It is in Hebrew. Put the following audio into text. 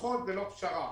ולדחות זה לא פשרה.